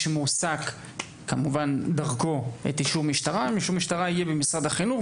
שמועסק דרכה את אישור המשטרה; אישור המשטרה יהיה במשרד החינוך,